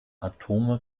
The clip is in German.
atome